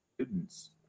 students